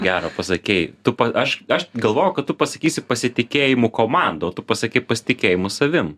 gerą pasakei tu aš aš galvojau kad tu pasakysi pasitikėjimu komanda o tu pasakei pasitikėjimu savim